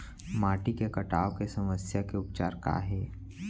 माटी के कटाव के समस्या के उपचार काय हे?